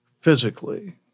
physically